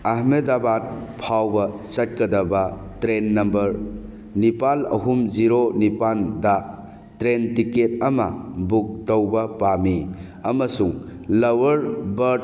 ꯑꯍꯃꯦꯗꯕꯥꯠ ꯐꯥꯎꯕ ꯆꯠꯀꯗꯕ train number ꯅꯤꯄꯥꯜ ꯑꯍꯨꯝ ꯖꯤꯔꯣ ꯅꯤꯄꯥꯜꯗ ꯇ꯭ꯔꯦꯟ ꯇꯤꯛꯀꯦꯠ ꯑꯃ ꯕꯨꯛ ꯇꯧꯕ ꯄꯥꯝꯃꯤ ꯑꯃꯁꯨꯡ ꯂꯋꯔ ꯕꯥꯔꯠ